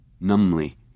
Numbly